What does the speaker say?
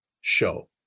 show